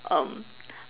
um